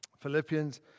Philippians